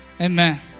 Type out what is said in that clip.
Amen